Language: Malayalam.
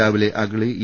രാവിലെ അഗളി ഇ